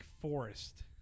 Forest